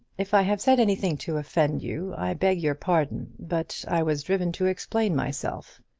if i have said anything to offend you, i beg your pardon but i was driven to explain myself.